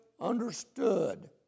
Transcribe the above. understood